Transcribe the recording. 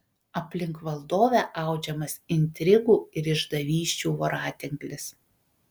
aplink valdovę audžiamas intrigų ir išdavysčių voratinklis